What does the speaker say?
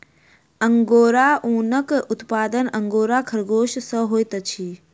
angora ऊनक उत्पादन angora खरगोश सॅ होइत अछि